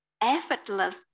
effortless